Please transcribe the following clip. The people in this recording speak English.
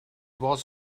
was